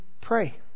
pray